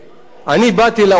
אני באתי לעולם